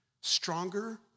stronger